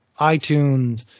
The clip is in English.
iTunes